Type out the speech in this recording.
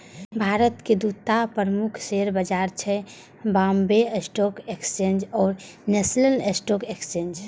भारतक दूटा प्रमुख शेयर बाजार छै, बांबे स्टॉक एक्सचेंज आ नेशनल स्टॉक एक्सचेंज